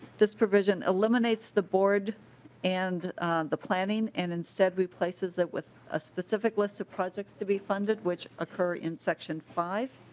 this provision eliminates the board and the planning and instead replaces it with ah specific list of projects to be funded which occur in section five.